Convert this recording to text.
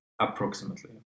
approximately